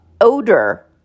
odor